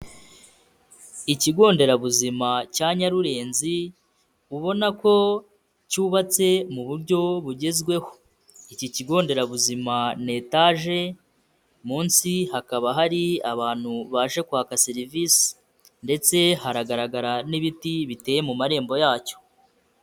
Ikigo nderabuzima cya Nyarurenzi ubona ko cyubatse mu buryo bugezweho. Iki kigo nderabuzima ni etaje, munsi hakaba hari abantu baje kwaka serivisi ndetse haragaragara n'ibiti biteye mu marembo yacyo.